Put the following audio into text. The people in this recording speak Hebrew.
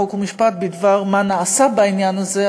חוק ומשפט בדבר מה שנעשה בעניין הזה.